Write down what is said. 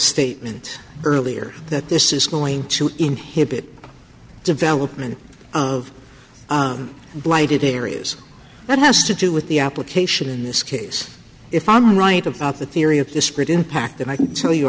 statement earlier that this is going to inhibit development of blighted areas that has to do with the application in this case if i'm right about the theory of disparate impact and i can tell you